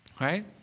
right